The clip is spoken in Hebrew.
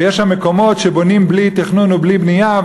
ובגליל על כך שיש שם מקומות שבונים בהם בלי תכנון ובלי בנייה,